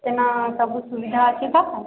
ଏଇନା ସବୁ ସୁବିଧା ଅଛି ତ